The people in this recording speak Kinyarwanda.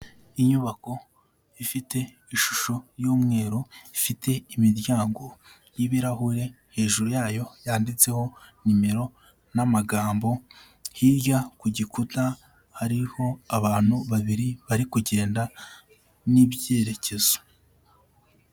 Inyubako ifite ishusho y'umweru, ifite imiryango y'ibirahure, hejuru yayo yanditseho nimero n'amagambo, hirya ku gikuta hariho abantu babiri bari kugenda n'ibyerekezo.